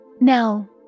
Now